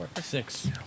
six